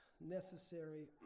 necessary